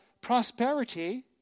prosperity